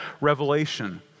revelation